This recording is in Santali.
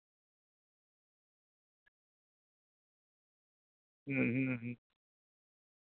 ᱦᱩᱸ ᱦᱩᱸ ᱦᱩᱸ